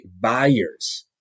buyers